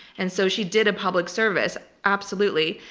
and so she did a public service. absolutely.